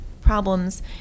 problems